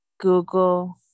Google